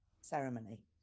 ceremony